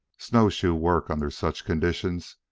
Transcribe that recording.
snowshoe work, under such conditions,